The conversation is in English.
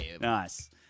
Nice